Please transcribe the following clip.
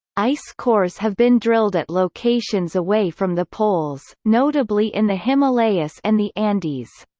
ice cores have been drilled at locations away from the poles, notably in the himalayas and the andes.